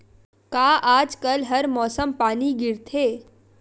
का आज कल हर मौसम पानी गिरथे?